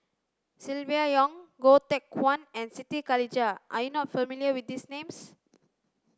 Silvia Yong Goh Teck Phuan and Siti Khalijah are you not familiar with these names